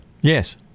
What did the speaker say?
Yes